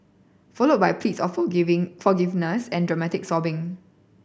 followed by pleas or for giving forgiveness and dramatic sobbing